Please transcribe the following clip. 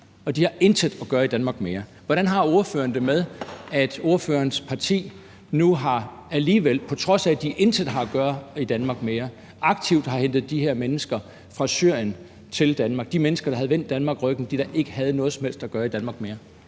De har intet at gøre i Danmark mere. Hvordan har ordføreren det med, at ordførerens parti nu alligevel, på trods af at de her mennesker intet har at gøre i Danmark mere, aktivt har hentet dem fra Syrien til Danmark, altså de mennesker, der har vendt Danmark ryggen, dem, der ikke har noget som helst at gøre i Danmark mere?